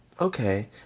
okay